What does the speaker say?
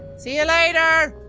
see you later.